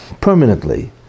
permanently